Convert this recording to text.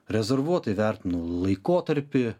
rezervuotai vertinu laikotarpį